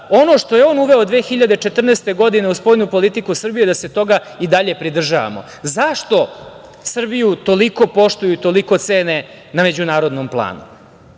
ono što je on uveo 2014. godine u spoljnu politiku Srbije, da se toga i dalje pridržavamo.Zašto Srbiju toliko poštuju i toliko cene na međunarodnom planu?